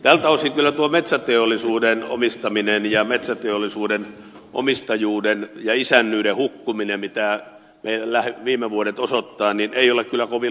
tältä osin tuo metsäteollisuuden omistaminen ja metsäteollisuuden omistajuuden ja isännyyden hukkuminen mitä viime vuodet osoittavat ei ole kyllä kovin lupaavaa